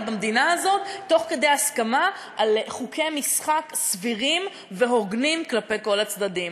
במדינה הזאת תוך הסכמה על חוקי משחק סבירים והוגנים כלפי כל הצדדים.